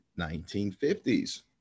1950s